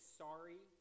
sorry